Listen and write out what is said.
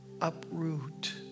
uproot